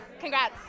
Congrats